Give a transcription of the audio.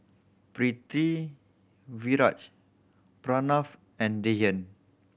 Pritiviraj Pranav and Dhyan